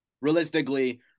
realistically